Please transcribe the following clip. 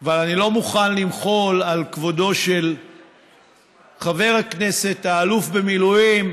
אבל אני לא מוכן למחול על כבודו של חבר הכנסת האלוף במילואים